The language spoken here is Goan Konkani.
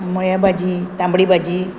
मुळ्या भाजी तांबडी भाजी